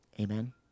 Amen